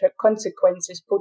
consequences